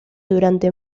durante